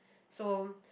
so